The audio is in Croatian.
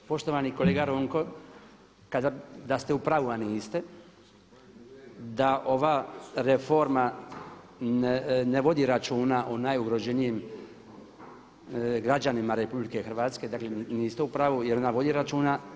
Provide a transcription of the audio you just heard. Poštovani kolega Ronko da ste u pravu, a niste da ova reforma ne vodi računa o najugroženijim građanima Republike Hrvatske dakle, niste u pravu jer ona vodi računa.